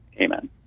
Amen